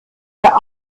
der